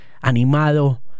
animado